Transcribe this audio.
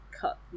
cut